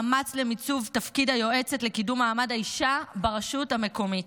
מאמץ למיצוב תפקיד היועצת לקידום מעמד האישה ברשות המקומית.